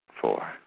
Four